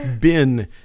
Bin